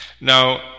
Now